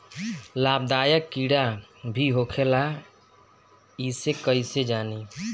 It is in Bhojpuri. लाभदायक कीड़ा भी होखेला इसे कईसे जानी?